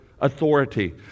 authority